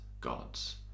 gods